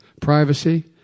privacy